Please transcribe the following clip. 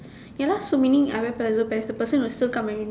ya lah so meaning I wear pleated pants the person would still come at me